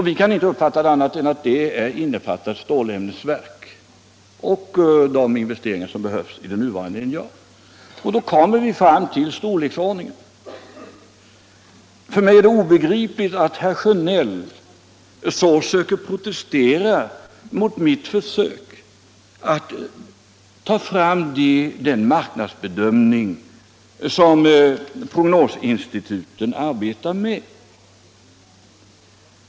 Vi kan inte uppfatta detta som någonting annat än att det innefattar ett stålämnesverk och de investeringar som behövs i det nuvarande NJA. Och då kommer vi fram till frågan om storleksordningen. För mig är det obegripligt att herr Sjönell söker protestera mot mitt försök att ta fram den marknadsprövning som prognosinstituten arbetar med.